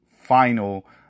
final